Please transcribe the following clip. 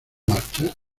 marcha